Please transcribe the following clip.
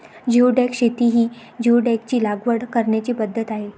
geoduck शेती ही जिओडॅकची लागवड करण्याची पद्धत आहे